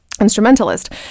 instrumentalist